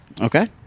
Okay